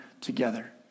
together